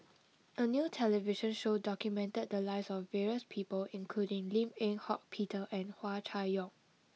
a new television show documented the lives of various people including Lim Eng Hock Peter and Hua Chai Yong